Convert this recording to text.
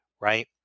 right